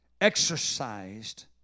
exercised